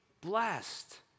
blessed